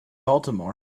baltimore